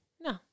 No